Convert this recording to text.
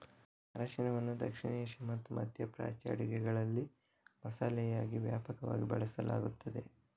ಅರಿಶಿನವನ್ನು ದಕ್ಷಿಣ ಏಷ್ಯಾ ಮತ್ತು ಮಧ್ಯ ಪ್ರಾಚ್ಯ ಅಡುಗೆಗಳಲ್ಲಿ ಮಸಾಲೆಯಾಗಿ ವ್ಯಾಪಕವಾಗಿ ಬಳಸಲಾಗುತ್ತದೆ